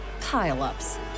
pile-ups